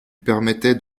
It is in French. permettaient